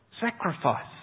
sacrifice